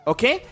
Okay